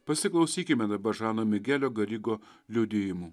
pasiklausykime dabar žano migelio garigo liudijimų